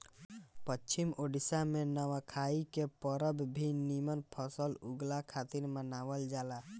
पश्चिम ओडिसा में नवाखाई के परब भी निमन फसल उगला खातिर मनावल जाला